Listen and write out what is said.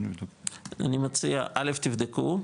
אני מציע, א', תבדקו,